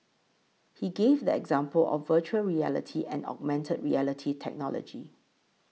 he gave the example of Virtual Reality and augmented reality technology